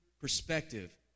perspective